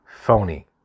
phony